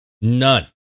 none